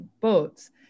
boats